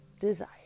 desire